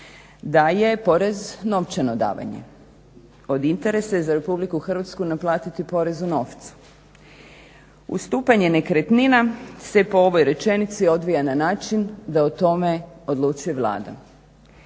da je porez novčano davanje. Od interesa je za RH naplatiti porez u novcu. Ustupanje nekretnina se po ovoj rečenici odvija na način da o tome odlučuje Vlada.